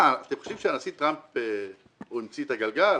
מה, אתם חושבים שהנשיא טראמפ המציא את הגלגל?